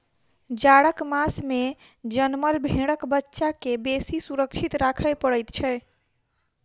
जाड़क मास मे जनमल भेंड़क बच्चा के बेसी सुरक्षित राखय पड़ैत छै